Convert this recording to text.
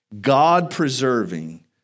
God-preserving